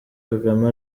kagame